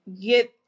get